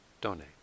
donate